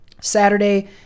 Saturday